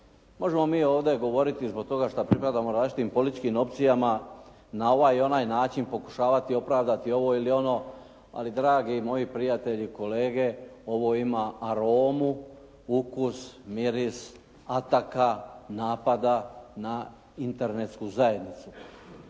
Možemo mi ovdje govoriti zbog toga što pripadamo različitim političkim opcijama. Na ovaj i onaj način pokušavati opravdati ovo ili ono ali dragi moji prijatelji kolege ovo ima aromu, ukus, miris ataka, napada na internetsku zajednicu.